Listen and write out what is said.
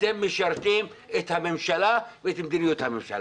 אתם משרתים את הממשלה ואת מדיניות הממשלה.